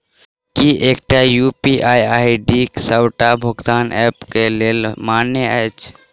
की एकटा UPI ID D सबटा भुगतान ऐप केँ लेल मान्य अछि?